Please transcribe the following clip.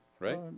Right